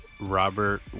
Robert